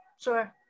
Sure